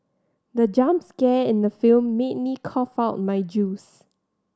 the jump scare in the film made me cough out my juice